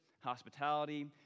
hospitality